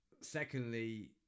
secondly